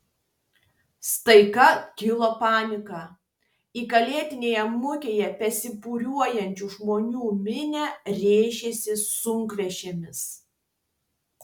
staiga kilo panika į kalėdinėje mugėje besibūriuojančių žmonių minią rėžėsi sunkvežimis